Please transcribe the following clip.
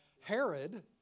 Herod